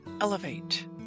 elevate